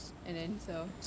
and then sell